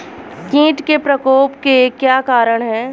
कीट के प्रकोप के क्या कारण हैं?